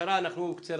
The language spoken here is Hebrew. שתי דקות